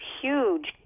huge